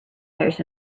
fires